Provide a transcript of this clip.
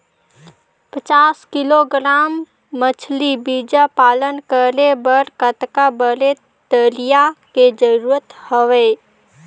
पचास किलोग्राम मछरी बीजा पालन करे बर कतका बड़े तरिया के जरूरत हवय?